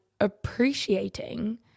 appreciating